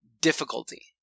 difficulty